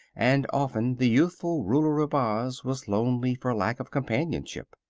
and often the youthful ruler of oz was lonely for lack of companionship.